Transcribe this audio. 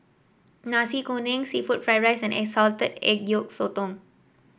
Nasi Kuning seafood Fried Rice and Salted Egg Yolk Sotong